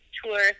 tour